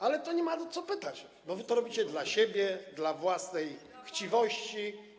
Ale to nie ma co pytać, bo wy to robicie dla siebie, dla własnej chciwości.